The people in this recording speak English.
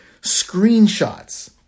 screenshots